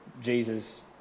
Jesus